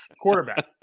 Quarterback